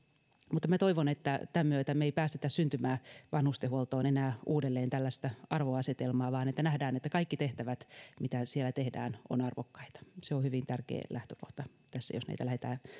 mutta minä toivon että tämän myötä me emme päästä syntymään vanhustenhuoltoon enää uudelleen tällaista arvoasetelmaa vaan nähdään että kaikki tehtävät mitä siellä tehdään ovat arvokkaita se on hyvin tärkeä lähtökohta tässä jos näitä lähdetään